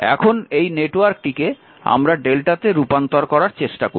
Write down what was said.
এখন এই নেটওয়ার্কটিকে আমরা Δ তে রূপান্তর করার চেষ্টা করছি